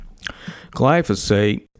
glyphosate